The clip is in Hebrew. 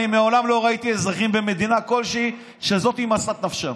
אני מעולם לא ראיתי אזרחים במדינה כלשהי שזאת משאת נפשם.